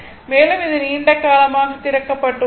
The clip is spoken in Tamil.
மேலும் இது நீண்ட காலமாக திறக்கப்பட்டு உள்ளது